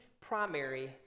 primary